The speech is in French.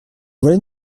voilà